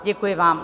Děkuji vám.